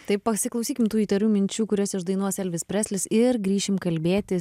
tai pasiklausykim tų įtarių minčių kurias išdainuos elvis preslis ir grįšim kalbėti